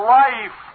life